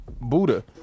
Buddha